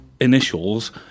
initials